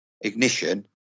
ignition